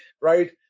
right